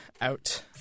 out